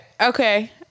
Okay